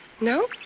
No